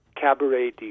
Cabaret